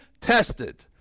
tested